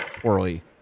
poorly